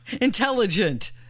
intelligent